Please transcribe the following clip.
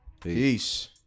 Peace